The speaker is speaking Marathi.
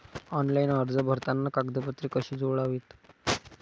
ऑनलाइन अर्ज भरताना कागदपत्रे कशी जोडावीत?